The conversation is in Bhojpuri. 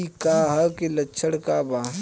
डकहा के लक्षण का वा?